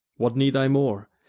what need i more?